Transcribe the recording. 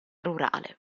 rurale